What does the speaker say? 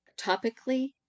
topically